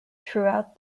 throughout